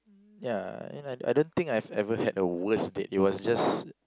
ya I don't think I ever had a worst date it was just